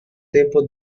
tempo